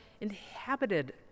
inhabited